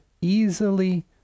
easily